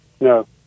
No